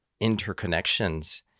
interconnections